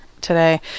today